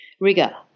rigor